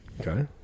Okay